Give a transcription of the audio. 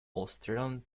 australian